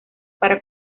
para